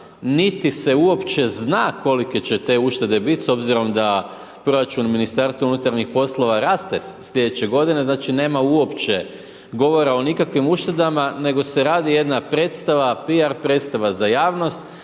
niti se uopće zna kolike će te uštede biti, s obzirom da proračun u MUP-u raste sljedeće g. znači nema uopće govora o nikakvim u štednama, nego se radi jedna prestava, P.R. predstava za javnost,